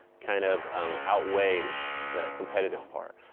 kind of of outweighs the competitive part.